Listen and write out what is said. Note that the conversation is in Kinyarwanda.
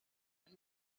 nabi